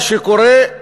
מה שקורה,